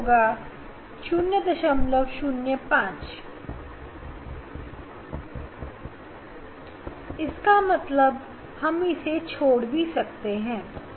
B 005 जो कि बिल्कुल कम दूरी है इसीलिए हम उसे छोड़ भी सकते हैं